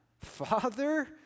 Father